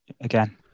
again